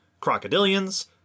crocodilians